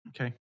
Okay